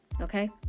okay